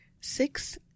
six